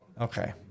okay